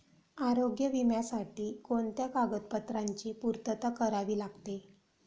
आरोग्य विम्यासाठी कोणत्या कागदपत्रांची पूर्तता करावी लागते?